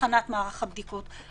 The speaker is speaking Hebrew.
הכנת מערך הבדיקות,